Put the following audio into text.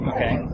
Okay